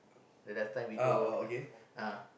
the last time we go yeah uh